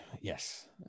yes